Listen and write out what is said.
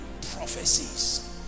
prophecies